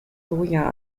soja